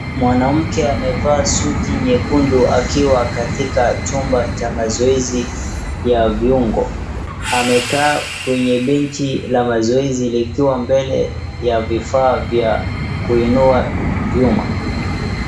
Mwanamke amevaa suti nyekundu akiwa katika chumba cha mazoezi ya viungo, amekaa kwenye benchi la mazoezi likiwa mbele ya vifaa vya kuinua vyuma.